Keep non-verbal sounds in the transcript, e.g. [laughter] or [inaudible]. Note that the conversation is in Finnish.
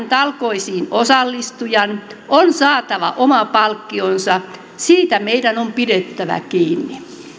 [unintelligible] talkoisiin osallistujan on saatava oma palkkionsa siitä meidän on pidettävä kiinni